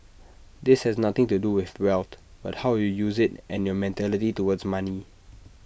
this has nothing to do with wealth but how you use IT and your mentality towards money